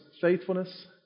faithfulness